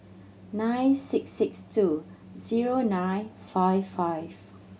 nine six six two zero nine five five